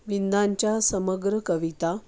विंदांच्या समग्र कविता